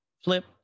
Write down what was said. flip